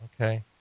Okay